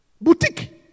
Boutique